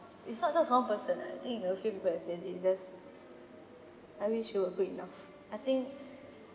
it's not just one person ah I think a few people has said this just I wish you were good enough I think